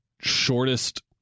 shortest